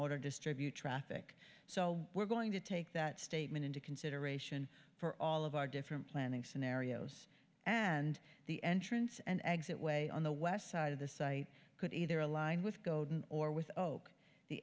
order to distribute traffic so we're going to take that statement into consideration for all of our different planning scenarios and the entrance and exit way on the west side of the site could either align with godin or w